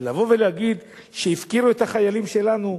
אבל לבוא ולהגיד שהפקירו את החיילים שלנו,